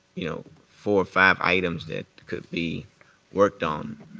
you know, four or five items that could be worked on.